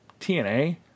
TNA